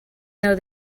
though